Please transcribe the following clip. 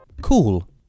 Cool